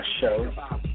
Show